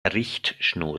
richtschnur